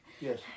Yes